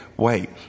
Wait